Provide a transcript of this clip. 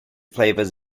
flavors